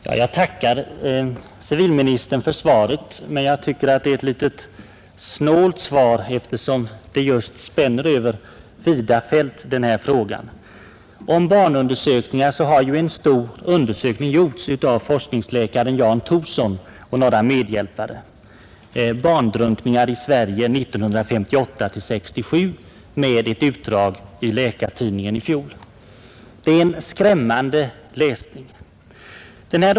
Herr talman! Jag tackar civilministern för svaret. Men jag tycker att det är ett litet snålt svar, eftersom denna fråga spänner över vida fält. Om barndrunkningar har en stor undersökning gjorts av forskningsläkaren Jan Thorson och några medhjälpare — ”Barndrunkningar i Sverige 1958-1967”. Ett utdrag ur undersökningen publicerades i fjol i Läkartidningen.